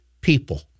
people